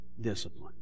discipline